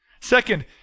Second